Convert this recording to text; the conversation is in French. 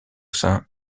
sein